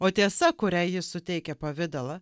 o tiesa kuriai jis suteikia pavidalą